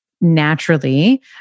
naturally